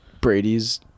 Brady's